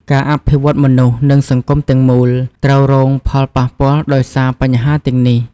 ការអភិវឌ្ឍមនុស្ស និងសង្គមទាំងមូលត្រូវរងផលប៉ះពាល់ដោយសារបញ្ហាទាំងនេះ។